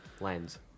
lens